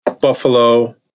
Buffalo